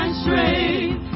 strength